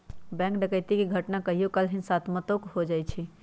bank डकैती के घटना कहियो काल हिंसात्मको हो जाइ छइ